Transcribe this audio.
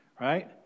Right